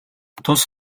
тус